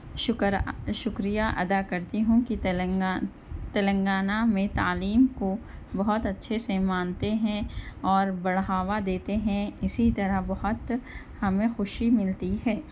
شکر شکریہ ادا کرتی ہوں کی تلنگا تلنگانہ میں تعلیم کو بہت اچھے سے مانتے ہیں اور بڑھاوا دیتے ہیں اسی طرح بہت ہمیں خوشی ملتی ہے